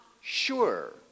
Sure